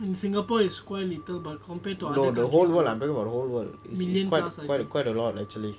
in singapore is quite little but compared to other countries million plus I think